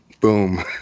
Boom